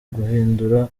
guhindura